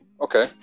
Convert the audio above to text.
okay